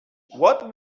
what